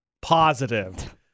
positive